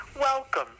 welcome